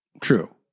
True